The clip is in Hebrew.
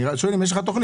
אני שואל אם יש לך תוכנית.